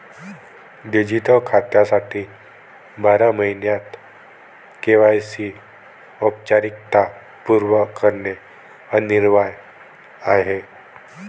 digital खात्यासाठी बारा महिन्यांत के.वाय.सी औपचारिकता पूर्ण करणे अनिवार्य आहे